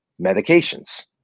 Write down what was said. Medications